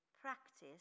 practice